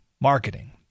marketing